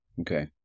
Okay